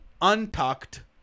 untucked